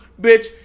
bitch